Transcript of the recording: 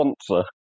sponsor